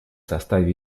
составе